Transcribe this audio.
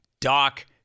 Doc